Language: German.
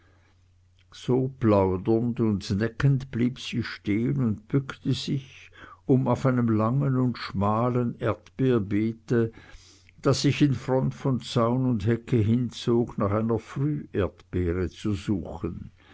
so plaudernd und neckend blieb sie stehn und bückte sich um auf einem langen und schmalen erdbeerbeete das sich in front von zaun und hecke hinzog nach einer früherdbeere zu suchen